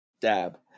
Dab